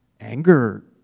Anger